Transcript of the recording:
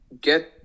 get